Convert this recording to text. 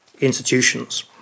institutions